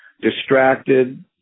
distracted